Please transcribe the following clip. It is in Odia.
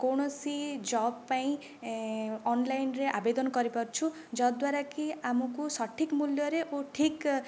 କୌଣସି ଜବ୍ ପାଇଁ ଅନ୍ଲାଇନ୍ରେ ଆବେଦନ କରିପାରୁଛୁ ଯଦ୍ୱାରା କି ଆମକୁ ସଠିକ୍ ମୂଲ୍ୟରେ ଓ ଠିକ୍